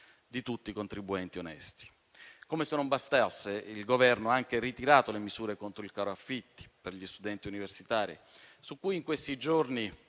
di tutti i contribuenti onesti. Come se non bastasse, il Governo ha anche ritirato le misure contro il caro affitti per gli studenti universitari, su cui in questi giorni